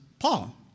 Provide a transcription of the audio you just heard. Paul